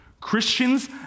Christians